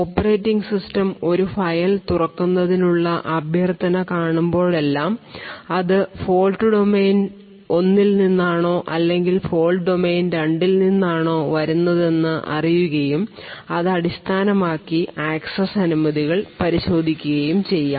operating system ഒരു file തുറക്കുന്നതിനുള്ള അഭ്യർത്ഥന കാണുമ്പോഴെല്ലാം അത് ഫോൾട് ഡൊമെയ്ൻ 1 ൽ നിന്നാണോ അല്ലെങ്കിൽ ഫോൾട് ഡൊമെയ്ൻ രണ്ടിൽ നിന്നാണോ വരുന്നതെന്ന് അറിയുകയും ഇത് അടിസ്ഥാനമാക്കി ആക്സസ് അനുമതികൾ പരിശോധിക്കുകയും ചെയ്യാം